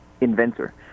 inventor